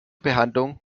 behandlung